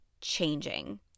changing